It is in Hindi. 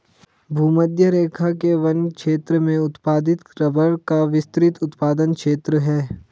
भूमध्यरेखा के वन क्षेत्र में उत्पादित रबर का विस्तृत उत्पादन क्षेत्र है